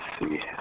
see